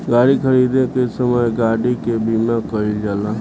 गाड़ी खरीदे के समय गाड़ी के बीमा कईल जाला